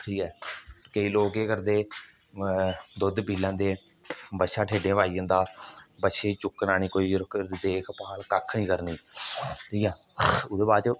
ठीक ऐ केईं लोक केह् करदे दुद्ध पी लैंदे बच्छा ठेडें उप्पर आई जंदा बच्छे गी चुक्कना नेईं कोई ओह्दी देखभाल कक्ख नेईं करनी ठीक ऐ ओह्दे बाद च